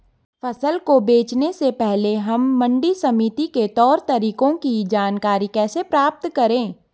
फसल को बेचने से पहले हम मंडी समिति के तौर तरीकों की जानकारी कैसे प्राप्त करें?